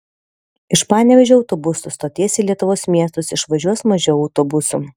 iš panevėžio autobusų stoties į lietuvos miestus išvažiuos mažiau autobusų